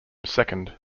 second